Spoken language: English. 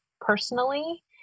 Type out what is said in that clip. personally